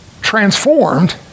transformed